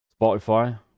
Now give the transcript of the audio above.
Spotify